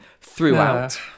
throughout